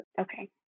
Okay